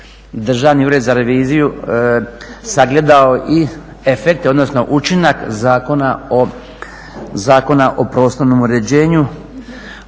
Državni ured za reviziju sagledao i efekte, odnosno učinak Zakona o prostornom uređenju